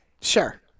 sure